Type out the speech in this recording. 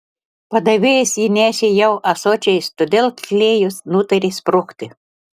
padavėjas jį nešė jau ąsočiais todėl klėjus nutarė sprukti